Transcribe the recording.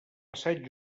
passat